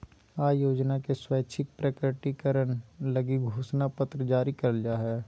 आय योजना के स्वैच्छिक प्रकटीकरण लगी घोषणा पत्र जारी करल जा हइ